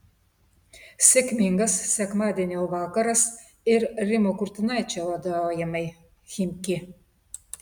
sėkmingas sekmadienio vakaras ir rimo kurtinaičio vadovaujamai chimki